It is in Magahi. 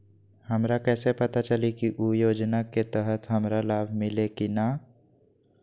हमरा कैसे पता चली की उ योजना के तहत हमरा लाभ मिल्ले की न?